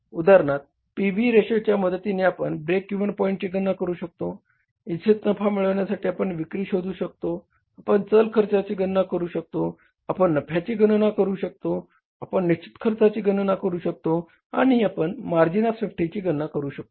उदाहरणार्थ P V रेशोच्या मदतीने आपण ब्रेक इव्हन पॉईंटची गणना करू शकतो इच्छित नफा मिळवण्यासाठी आपण विक्री शोधू शकतो आपण चल खर्चाची गणना करू शकतो आपण नफ्याची गणना करू शकतो आपण निश्चित खर्चाची गणना करू शकतो आणि आपण मार्जिन ऑफ सेफ्टीची गणना करू शकतो